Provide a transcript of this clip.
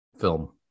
film